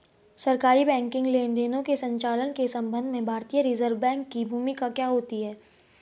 सरकारी बैंकिंग लेनदेनों के संचालन के संबंध में भारतीय रिज़र्व बैंक की भूमिका क्या होती है?